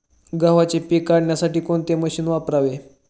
गव्हाचे पीक काढण्यासाठी कोणते मशीन वापरावे?